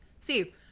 See